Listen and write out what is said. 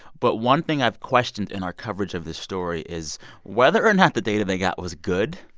but one thing i've questioned in our coverage of this story is whether or not the data they got was good.